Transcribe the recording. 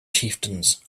chieftains